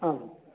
आम्